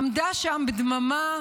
היא עמדה שם בדממה